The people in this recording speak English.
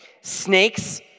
Snakes